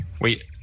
Wait